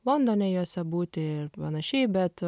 londone juose būti ir panašiai bet